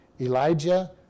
Elijah